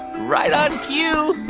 right on cue.